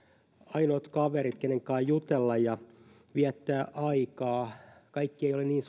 ainoat kaverit keiden kanssa jutella ja viettää aikaa kaikki eivät ole niin